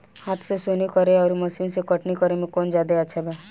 हाथ से सोहनी करे आउर मशीन से कटनी करे मे कौन जादे अच्छा बा?